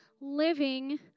living